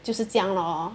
就是这样 lor